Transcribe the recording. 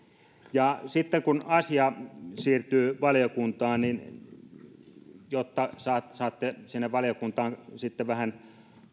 sitten kun asia siirtyy valiokuntaan niin jotta saatte sinne valiokuntaan vähän